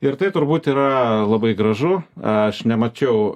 ir tai turbūt yra labai gražu aš nemačiau